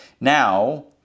Now